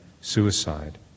suicide